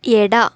ಎಡ